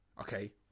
Okay